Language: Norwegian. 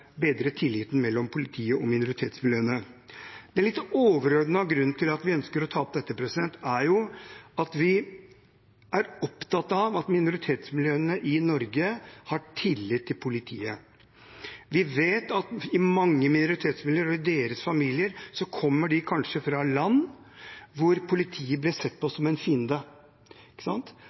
tilliten mellom politiet og minoritetsmiljøene. Den litt overordnede grunnen til at vi ønsker å ta opp dette, er at vi er opptatt av at minoritetsmiljøene i Norge har tillit til politiet. Vi vet at i mange minoritetsmiljøer og i deres familier kommer en kanskje fra land hvor politiet blir sett på som en fiende. Det er en utfordring at disse miljøene ikke